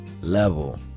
level